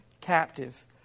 captive